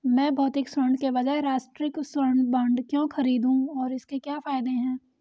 मैं भौतिक स्वर्ण के बजाय राष्ट्रिक स्वर्ण बॉन्ड क्यों खरीदूं और इसके क्या फायदे हैं?